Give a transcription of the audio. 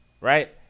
right